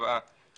שקבעה